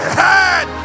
head